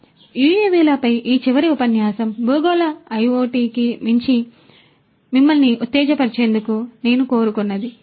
కాబట్టి యుఎవిలపై ఈ చివరి ఉపన్యాసం భూగోళ ఐయోటికి మించి మిమ్మల్ని ఉత్తేజపరిచేందుకు నేను కోరుకున్నది